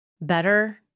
better